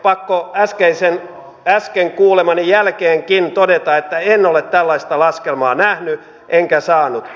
pakko on äsken kuulemani jälkeenkin todeta että en ole tällaista laskelmaa nähnyt enkä saanut